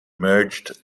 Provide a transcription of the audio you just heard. merged